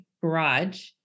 garage